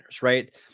right